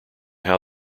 how